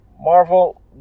Marvel